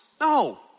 No